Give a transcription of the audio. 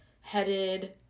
headed